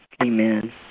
Amen